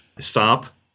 Stop